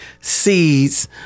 seeds